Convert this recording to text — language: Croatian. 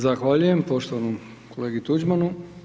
Zahvaljujem poštovanom kolegi Tuđmanu.